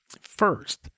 First